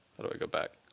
how do i go back?